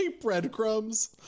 breadcrumbs